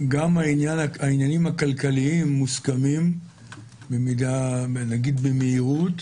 גם העניינים הכלכליים מוסכמים נגיד במהירות,